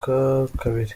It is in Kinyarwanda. kabiri